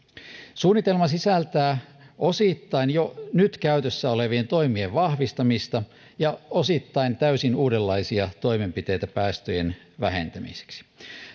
suunnitelma sisältää osittain jo nyt käytössä olevien toimien vahvistamista ja osittain täysin uudenlaisia toimenpiteitä päästöjen vähentämiseksi